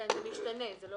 זה משתנה.